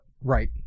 Right